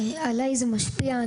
א': זה משפיע עליי.